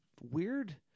weird